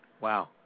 wow